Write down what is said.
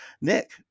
Nick